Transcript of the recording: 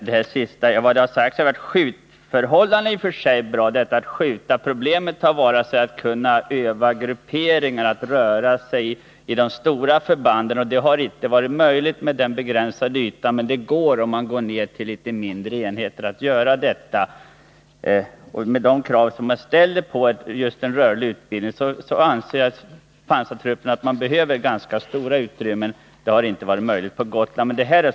Herr talman! Vad som har sagts är att skjutförhållandena i och för sig är bra. Problemet har varit övningar som ger de stora förbanden möjlighet att röra sig. Detta har inte varit möjligt på den begränsade yta som det gäller. Men om man går ned till litet mindre enheter, blir sådana övningar möjliga. Med de krav man ställer på just en rörlig utbildning anses det att pansartrupperna behöver ganska stora utrymmen. Det har inte varit möjligt att åstadkomma på Gotland.